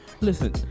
listen